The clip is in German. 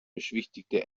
beschwichtigte